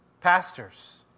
pastors